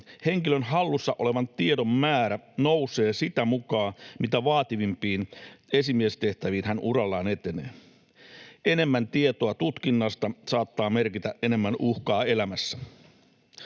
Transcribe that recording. henkilön hallussa olevan tiedon määrä nousee sitä mukaa, mitä vaativampiin esimiestehtäviin hän urallaan etenee. Enemmän tietoa tutkinnasta saattaa merkitä enemmän uhkaa elämässä.